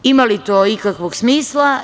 Ima li to ikakvog smisla?